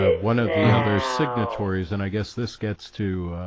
ah one of the other signatories and i guess this gets to